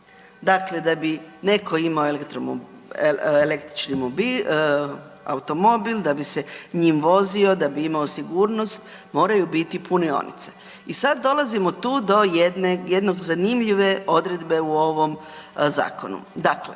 Dakle, da bi netko imao električni automobil, da bi se njim vozio, da bi imao sigurnost, moraju biti punionice i sad dolazimo tu do jednog zanimljive odredbe u ovom Zakonu. Dakle,